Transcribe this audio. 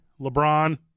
LeBron